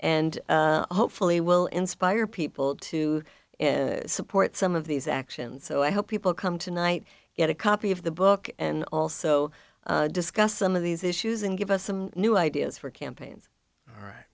and hopefully will inspire people to support some of these actions so i hope people come tonight get a copy of the book and also discuss some of these issues and give us some new ideas for campaigns